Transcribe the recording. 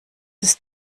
ist